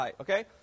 okay